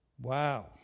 Wow